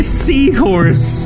seahorse